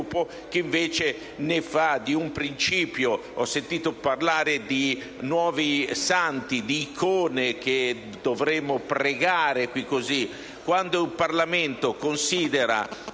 chi invece ne fa solo un principio. Ho sentito parlare di nuovi santi e di icone che potremo pregare. Quando un Parlamento considera